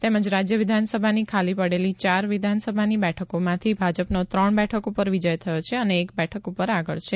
તેમજ રાજ્ય વિધાનસભાની ખાલી પડેલી ચાર વિધાનસભાની બેઠકોમાંથી ભાજપનો ત્રણ બેઠકો પર વિજય થયો છે અને એક બેઠક ઉપર આગળ છે